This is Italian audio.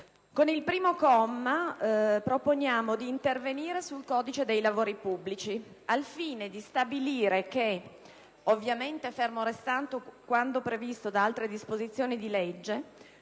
Con il comma 1 proponiamo di intervenire sul codice dei lavori pubblici al fine di stabilire che, ovviamente fermo restando quanto previsto da altre disposizioni di legge,